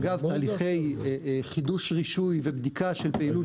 אגב בהליכי חידוש רישוי ובדיקה של פעילות